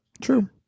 true